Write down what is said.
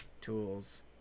tools